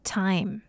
time